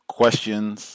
questions